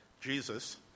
Jesus